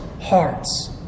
hearts